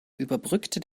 überbrückte